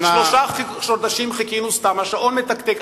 שלושה חודשים חיכינו סתם, השעון מתקתק.